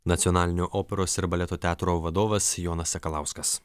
nacionalinio operos ir baleto teatro vadovas jonas sakalauskas